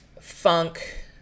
funk